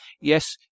yes